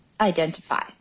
identify